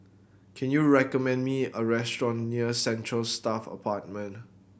can you recommend me a restaurant near Central Staff Apartment